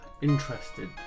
Interested